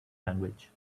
language